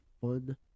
fun